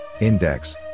Index